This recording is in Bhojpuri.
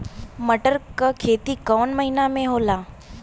मटर क खेती कवन महिना मे होला?